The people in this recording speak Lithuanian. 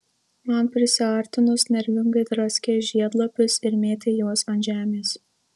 man prisiartinus nervingai draskei žiedlapius ir mėtei juos ant žemės